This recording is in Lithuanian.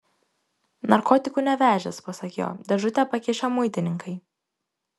narkotikų nevežęs pasak jo dėžutę pakišę muitininkai